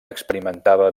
experimentava